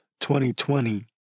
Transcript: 2020